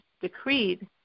decreed